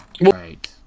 right